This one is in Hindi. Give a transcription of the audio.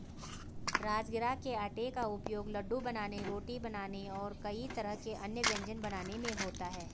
राजगिरा के आटे का उपयोग लड्डू बनाने रोटी बनाने और कई तरह के अन्य व्यंजन बनाने में होता है